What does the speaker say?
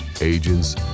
agents